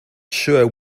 sure